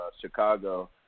Chicago